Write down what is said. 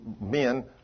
men